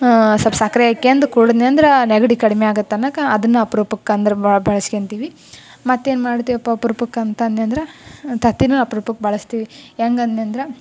ಸ್ವಲ್ಪ ಸಕ್ಕರೆ ಹಾಕ್ಯಂದು ಕುಡಿದೆನಂದ್ರ ನೆಗಡಿ ಕಡ್ಮೆ ಆಗುತ್ತೆ ಅನ್ನೊಕ್ಕೆ ಅದನ್ನು ಅಪ್ರೂಪಕ್ಕೆ ಅಂದ್ರೆ ಬಳಸ್ಕೋತಿವಿ ಮತ್ತು ಏನು ಮಾಡ್ತೀವಪ್ಪ ಅಪ್ರೂಪಕ್ಕೆ ಅಂತ ಅಂದೆನಂದ್ರ ತತ್ತಿನೂ ಅಪ್ರೂಪಕ್ಕೆ ಬಳಸ್ತೀವಿ ಹೇಗ್ ಅಂದೆನಂದ್ರ